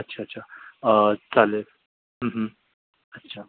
अच्छा अच्छा चालेल अच्छा